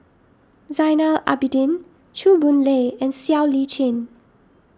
Zainal Abidin Chew Boon Lay and Siow Lee Chin